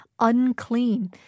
unclean